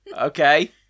Okay